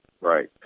right